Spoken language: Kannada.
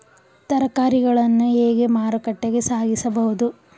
ತರಕಾರಿಗಳನ್ನು ಹೇಗೆ ಮಾರುಕಟ್ಟೆಗೆ ಸಾಗಿಸಬಹುದು?